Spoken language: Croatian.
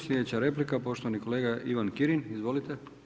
Slijedeća replika poštivani kolega Ivan Kirin, izvolite.